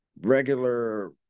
regular